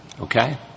okay